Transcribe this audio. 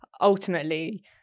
ultimately